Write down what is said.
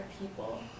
people